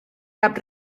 cap